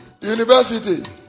university